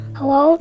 Hello